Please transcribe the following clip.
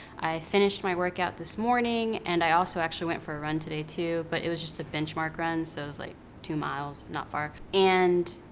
i finished my workout this morning, and i also actually went for a run today, too, but it was just a benchmark run. so, it was like two miles. not far. and,